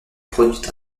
produit